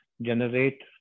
generate